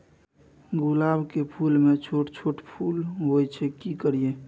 गुलाब के फूल में छोट छोट फूल होय छै की करियै?